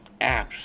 apps